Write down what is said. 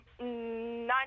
nine